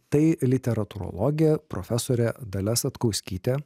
tai literatūrologė profesorė dalia satkauskytė